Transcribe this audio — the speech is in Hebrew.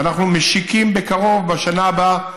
ואנחנו משיקים בקרוב, בשנה הבאה,